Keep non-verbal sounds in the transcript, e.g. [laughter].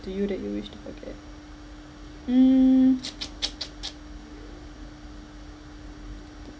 to you that you wish to forget mm [noise]